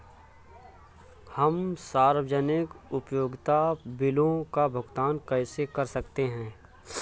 हम सार्वजनिक उपयोगिता बिलों का भुगतान कैसे कर सकते हैं?